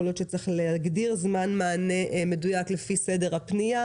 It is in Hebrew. יכול להיות שצריך להגדיר זמן מענה מדויק לפי סדר הפנייה.